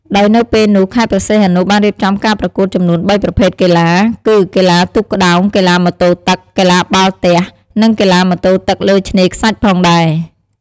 ដោយនៅពេលនោះខេត្តព្រះសីហនុ បានរៀបចំការប្រកួតចំនួន៣ប្រភេទកីឡា គឺកីឡាទូកក្តោង កីឡាម៉ូតូទឹក កីឡាបាល់ទះ និងកីឡាម៉ូតូទឹកលើឆ្នេរខ្សាច់ផងដែរ។